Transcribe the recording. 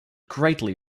greatly